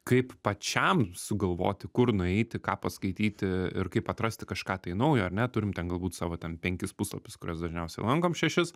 kaip pačiam sugalvoti kur nueiti ką paskaityti ir kaip atrasti kažką tai naujo ar ne turim ten galbūt savo ten penkis puslapius kuriuos dažniausiai lankom šešis